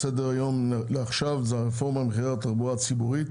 סדר היום לעכשיו הוא הרפורמה במחירי התחבורה הציבורית.